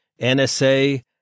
NSA